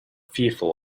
fearful